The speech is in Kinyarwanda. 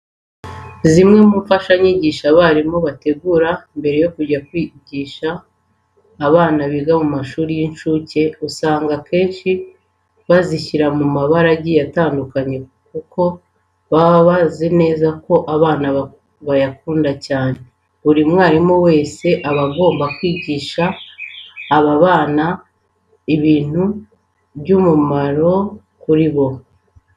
Zimwe mu mfashanyigisho abarimu bategura mbere yo kujya kwigisha abana biga mu mashuri y'incuke, usanga akenshi bazishyira mu mabara agiye atandukanye kuko baba bazi neza ko abana bayakunda cyane. Buri mwarimu wese aba agomba kwigisha aba bana ibintu by'umumaro kuri bo.